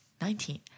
Nineteen